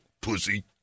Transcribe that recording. pussy